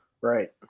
right